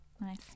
Nice